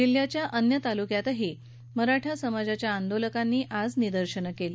जिल्ह्याच्या अन्य तालूक्यातही मराठा समाजच्या आंदोलकांनी आज आंदोलन केली